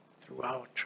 throughout